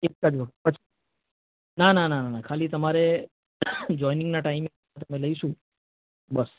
એક જ વખત પછી ના ના ના ના ના ખાલી તમારે જોઇંનિંગના ટાઈમે જ અમે લઈશું બસ